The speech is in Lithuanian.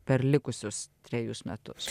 per likusius trejus metus